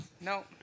no